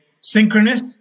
synchronous